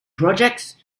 projects